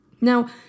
Now